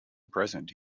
present